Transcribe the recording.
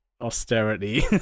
austerity